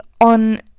on